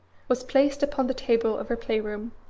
was placed upon the table of her play-room,